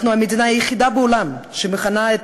אנחנו המדינה היחידה בעולם שמכנה את